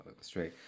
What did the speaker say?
straight